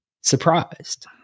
surprised